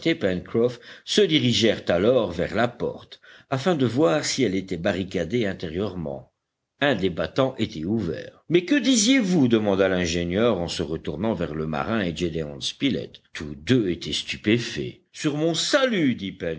se dirigèrent alors vers la porte afin de voir si elle était barricadée intérieurement un des battants était ouvert mais que disiez-vous demanda l'ingénieur en se retournant vers le marin et gédéon spilett tous deux étaient stupéfaits sur mon salut